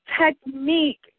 technique